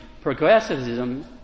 progressivism